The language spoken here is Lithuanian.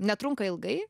netrunka ilgai